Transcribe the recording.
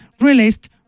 released